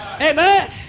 amen